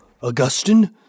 Augustine